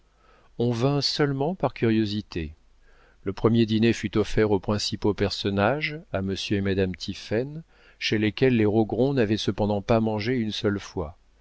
on vint seulement par curiosité le premier dîner fut offert aux principaux personnages à monsieur et madame tiphaine chez lesquels les rogron n'avaient cependant pas mangé une seule fois